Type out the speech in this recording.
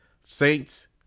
Saints